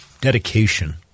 dedication